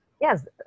yes